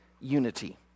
unity